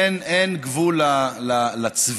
אין גבול לצביעות,